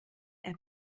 app